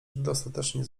dostatecznie